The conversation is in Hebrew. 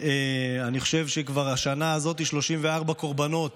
אני חושב, כבר השנה הזאת על 34 קורבנות